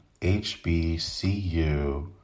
HBCU